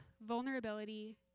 vulnerability